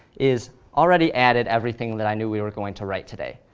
is already added everything that i knew we were going to write today.